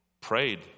prayed